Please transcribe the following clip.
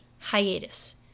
Hiatus